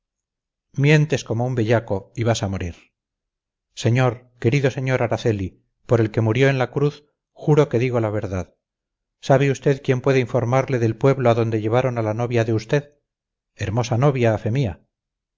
mientes como un bellaco y vas a morir señor querido señor araceli por el que murió en la cruz juro que digo la verdad sabe usted quién puede informarle del pueblo a donde llevaron a la novia de usted hermosa novia a fe mía